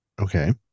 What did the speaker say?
Okay